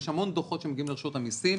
יש המון דוחות שמגיעים לרשות המסים,